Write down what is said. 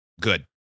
good